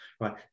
right